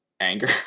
anger